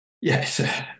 Yes